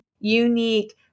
unique